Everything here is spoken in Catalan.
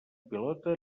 pilota